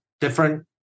different